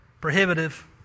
prohibitive